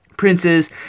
princes